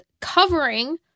covering